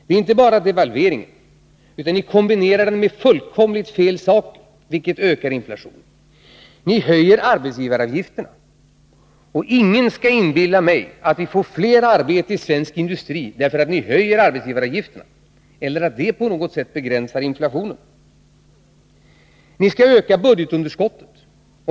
Ni inte bara genomför en devalvering utan ni kombinerar den med fullkomligt fel saker, vilket ökar inflationen. Ni höjer arbetsgivaravgifterna. Ingen skall inbilla mig att vi får fler arbeten i svensk industri därför att ni höjer arbetsgivaravgifterna, eller att det på något sätt begränsar inflationen. Ni skall öka budgetunderskottet.